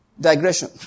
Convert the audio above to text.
digression